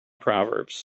proverbs